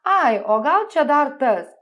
ai o gal čia dar tas